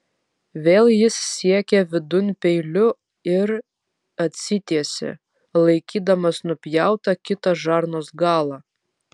vėl jis siekė vidun peiliu ir atsitiesė laikydamas nupjautą kitą žarnos galą